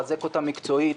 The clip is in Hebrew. לחזק אותם מקצועית.